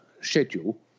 schedule